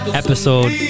episode